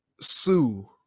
sue